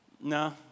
No